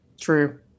True